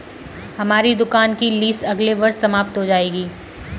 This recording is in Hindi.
हमारी दुकान की लीस अगले वर्ष समाप्त हो जाएगी